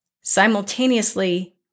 Simultaneously